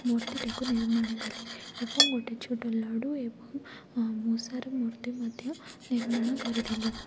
ମୂର୍ତ୍ତିଟାକୁ ନିର୍ମାଣ କଲି ଏବଂ ଗୋଟେ ଛୋଟ ଲଡ଼ୁ ଏବଂ ମୂଷାର ମୂର୍ତ୍ତି ମଧ୍ୟ ନିର୍ମାଣ କରିଥିଲି